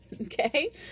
okay